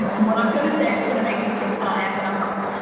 and what i'm going to say is going to make me think that i am, but i'm not.